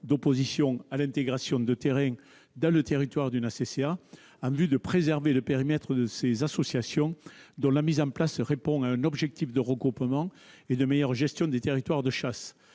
d'opposition à l'intégration de terrains dans le territoire d'une ACCA en vue de préserver le périmètre de ces associations, dont la mise en place répond à un objectif de regroupement et de meilleure gestion des territoires de chasse.